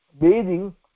bathing